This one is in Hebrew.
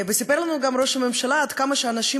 וסיפר לנו גם ראש הממשלה עד כמה אנשים